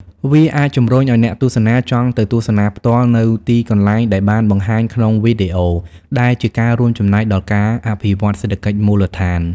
វាអាចជំរុញឲ្យអ្នកទស្សនាចង់ទៅទស្សនាផ្ទាល់នូវទីកន្លែងដែលបានបង្ហាញក្នុងវីដេអូ ដែលជាការរួមចំណែកដល់ការអភិវឌ្ឍសេដ្ឋកិច្ចមូលដ្ឋាន។